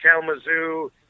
Kalamazoo